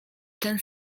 ten